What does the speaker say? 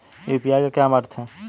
UPI का क्या अर्थ है?